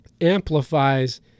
amplifies